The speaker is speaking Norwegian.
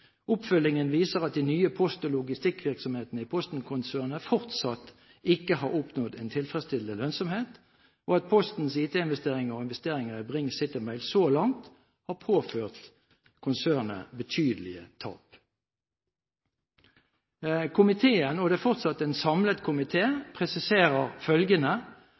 Oppfølgingen viser at de nye post- og logistikkvirksomhetene i Posten-konsernet fortsatt ikke har oppnådd en tilfredsstillende lønnsomhet, og at Postens IT-investeringer og investeringer i Bring Citymail så langt har påført konsernet betydelige tap.» «Komiteen» – og det er fortsatt en samlet komité – «ber om at departementet i sin eierstyring presiserer